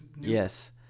Yes